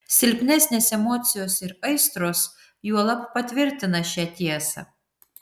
silpnesnės emocijos ir aistros juolab patvirtina šią tiesą